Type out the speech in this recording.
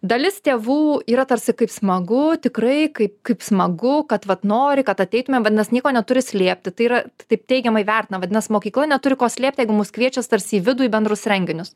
dalis tėvų yra tarsi kaip smagu tikrai kaip kaip smagu kad vat nori kad ateitumėm vadinas nieko neturi slėpti tai yra taip teigiamai vertina vadinas mokykla neturi ko slėpt jiegu mus kviečias tarsi į vidų į bendrus renginius